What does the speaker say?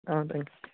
thanks